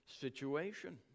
situation